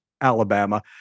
Alabama